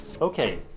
Okay